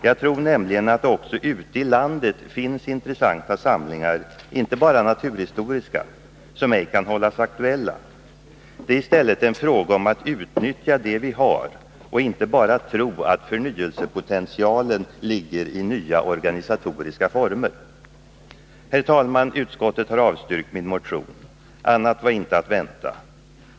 Jag tror nämligen att det också ute i landet finns intressanta samlingar — inte bara naturhistoriska — som ej kan hållas aktuella: Det är i stället en fråga om att utnyttja det vi har och inte bara tro att förnyelsepotentialen ligger i nya organisatoriska former. Herr talman! Utskottet har avstyrkt min motion. Annat var inte att vänta.